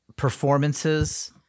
performances